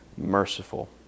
merciful